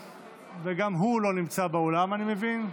גם הוא לא נמצא באולם, אני מבין.